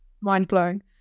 mind-blowing